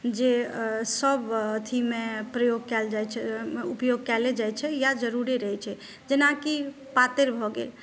जे सभ एथीमे प्रयोग कएल जाइ छै उपयोग कएले जाइ छै इएह जरुरी रहै छै जेनाकि पातरि भऽ गेल